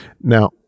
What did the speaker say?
Now